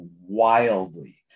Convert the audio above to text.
wildly